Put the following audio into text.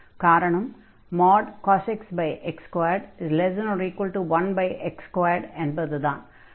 காரணம் cos x x21x2 என்பதுதான்